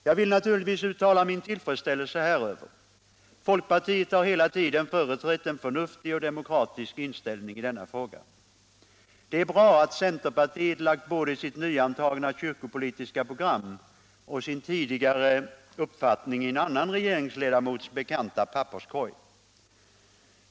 Jag vill naturligtvis uttala min tillfredsställelse häröver. Folkpartiet har hela tiden företrätt en förnuftig och demokratisk inställning i denna fråga. Det är bra att centerpertiet lagt både sitt nyantagna kyrkopolitiska program och sin tidigare uppfattning i en annan regeringsledamots bekanta papperskorg.